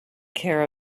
care